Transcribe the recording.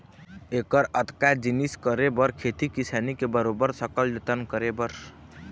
ऐकर अतका जिनिस करे बर खेती किसानी के बरोबर सकल जतन करे बर